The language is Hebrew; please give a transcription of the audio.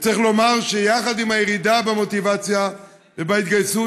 וצריך לומר שיחד עם הירידה במוטיבציה ובהתגייסות,